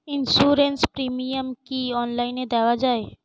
Insurance premium কি online দেওয়া যায়?